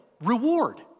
Reward